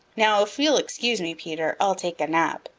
now if you'll excuse me, peter, i'll take a nap.